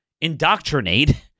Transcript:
indoctrinate